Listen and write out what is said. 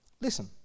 listen